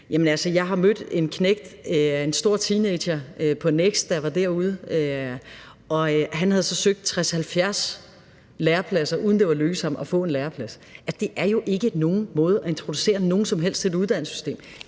jeg har mødt en knægt, en stor teenager, på NEXT, da jeg var derude. Han havde så søgt 60-70 lærepladser, uden at det var lykkedes ham at få en læreplads. Det er jo ikke nogen måde at introducere nogen som helst til et uddannelsessystem